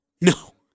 No